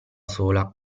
sola